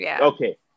okay